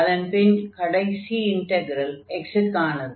அதன் பின் கடைசி இன்டக்ரல் x க்கானது